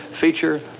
feature